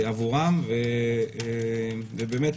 עבורם ובאמת,